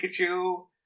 Pikachu